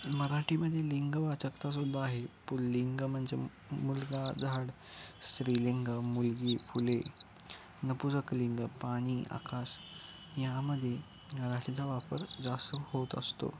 मराठीमध्ये लिंग वाचकतासुद्धा आहे पुल्लिंग म्हणजे मुलगा झाड स्त्रीलिंग मुलगी फुले नपुंसकलिंग पाणी आकाश यामध्ये मराठीचा वापर जास्त होत असतो